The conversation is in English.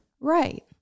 Right